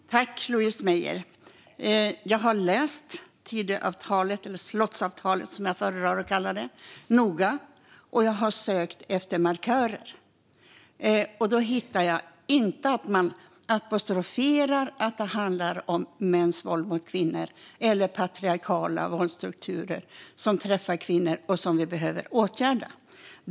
Fru talman och Louise Meijer! Jag har läst Tidöavtalet, eller slottsavtalet som jag föredrar att kalla det, noga och sökt efter markörer. Jag hittar inte att man apostroferar att det handlar om mäns våld mot kvinnor eller patriarkala våldsstrukturer som träffar kvinnor och som vi behöver åtgärda.